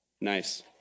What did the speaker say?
nice